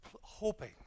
hoping